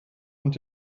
und